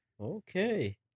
Okay